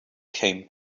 came